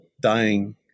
dying